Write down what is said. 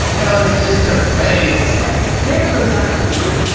that was just a phase hair grows out from a root,